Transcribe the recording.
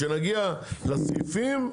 כשנגיע לסעיפים.